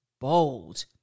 bold